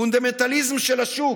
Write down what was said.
פונדמנטליזם של השוק.